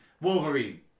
Wolverine